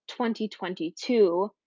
2022